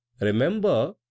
Remember